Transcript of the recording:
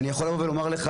אני יכול לבוא ולומר לך,